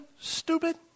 stupid